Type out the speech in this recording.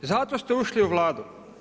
Zato ste ušli u Vladu?